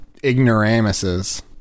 ignoramuses